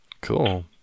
Cool